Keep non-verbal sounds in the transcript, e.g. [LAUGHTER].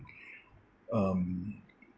[BREATH] um